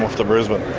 off to brisbane.